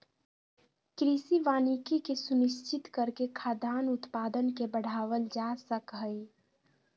कृषि वानिकी के सुनिश्चित करके खाद्यान उत्पादन के बढ़ावल जा सक हई